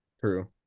True